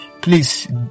please